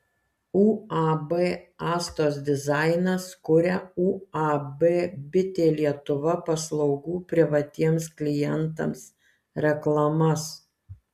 uab astos dizainas kuria uab bitė lietuva paslaugų privatiems klientams reklamas